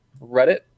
Reddit